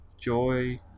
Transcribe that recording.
Joy